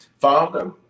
Father